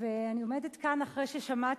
אני עומדת כאן אחרי ששמעתי,